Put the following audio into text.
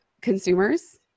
consumers